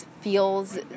feels